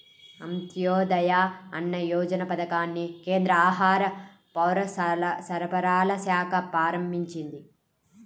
అంత్యోదయ అన్న యోజన పథకాన్ని కేంద్ర ఆహార, పౌరసరఫరాల శాఖ ప్రారంభించింది